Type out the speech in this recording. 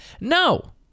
No